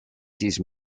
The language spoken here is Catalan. sis